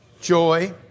joy